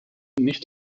nicht